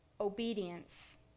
obedience